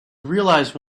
realize